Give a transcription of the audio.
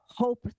Hope